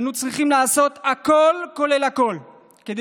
אנו צריכים לעשות הכול כולל הכול כדי